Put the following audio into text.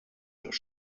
das